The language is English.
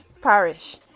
parish